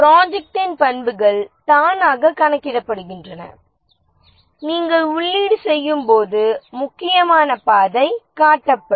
ப்ரொஜெக்ட்டின் பண்புகள் தானாக கணக்கிடப்படுகின்றன நீங்கள் உள்ளீடு செய்யும் போது முக்கியமான பாதை காட்டப்படும்